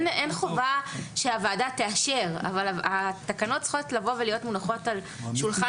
אין חובה שהוועדה תאשר אבל התקנות צריכות לבוא ולהיות מונחות על שולחן